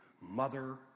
mother